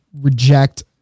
reject